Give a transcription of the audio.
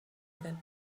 that